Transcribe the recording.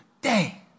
day